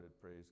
praise